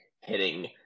hitting